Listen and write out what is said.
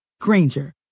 Granger